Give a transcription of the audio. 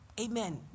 amen